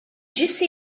disse